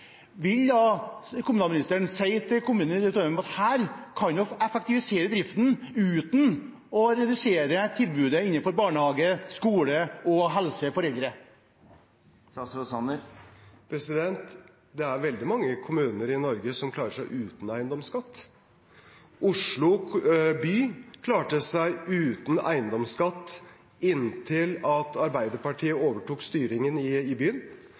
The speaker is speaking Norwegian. kommunalministeren si til kommunen at her kan man effektivisere driften uten å redusere tilbudet innenfor barnehage, skole og helse for eldre? Det er veldig mange kommuner i Norge som klarer seg uten eiendomsskatt. Oslo by klarte seg uten eiendomsskatt inntil Arbeiderpartiet overtok styringen i byen.